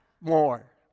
more